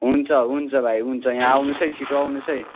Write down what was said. हुन्छ हुन्छ हुन्छ भाइ हुन्छ यहाँ आउनु होस् है छिटो आउनु होस् है